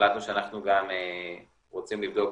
החלטנו שאנחנו גם רוצים לבדוק